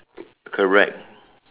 correct